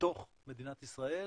בתוך מדינת ישראל